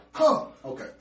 Okay